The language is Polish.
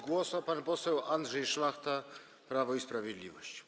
Głos ma pan poseł Andrzej Szlachta, Prawo i Sprawiedliwość.